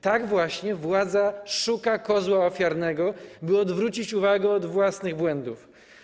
Tak właśnie władza szuka kozła ofiarnego, by odwrócić uwagę od własnych błędów.